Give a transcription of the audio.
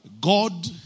God